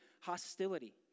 hostility